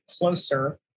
closer